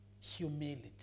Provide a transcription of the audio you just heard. humility